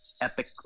epic